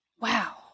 Wow